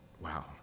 Wow